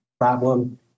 problem